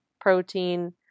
protein